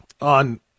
on